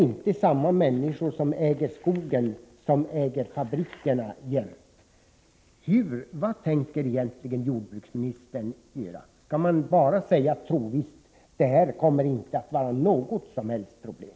De människor som äger skogen äger inte alltid fabrikerna. Vad tänker egentligen jordbruksministern göra? Skall man bara trosvisst säga att det här inte kommer att vara något som helst problem?